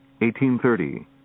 1830